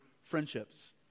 friendships